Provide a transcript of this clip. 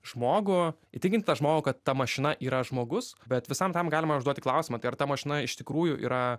žmogų įtikint tą žmogų kad ta mašina yra žmogus bet visam tam galima užduoti klausimą tai ar ta mašina iš tikrųjų yra